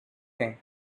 king